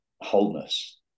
wholeness